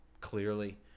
Clearly